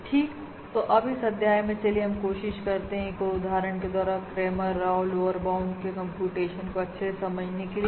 ठीक तो अब इस अध्याय में चलिए हम कोशिश करते हैं एक उदाहरण के द्वारा क्रेमर राव लोअर बाउंड के कंप्यूटेशन को अच्छे से समझने के लिए